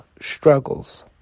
struggles